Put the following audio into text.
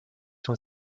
son